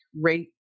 rate